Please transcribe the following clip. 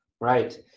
Right